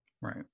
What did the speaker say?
Right